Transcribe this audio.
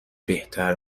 بهتر